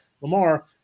Lamar